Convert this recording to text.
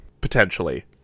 potentially